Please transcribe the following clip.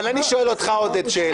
אבל אני שואל אותך, עודד, שאלה.